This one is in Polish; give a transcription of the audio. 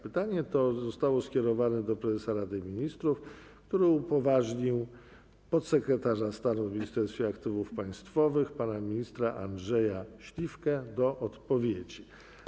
Pytanie to zostało skierowane do prezesa Rady Ministrów, który upoważnił podsekretarza stanu w Ministerstwie Aktywów Państwowych pana ministra Andrzeja Śliwkę do odpowiedzi.